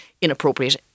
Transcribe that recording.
inappropriate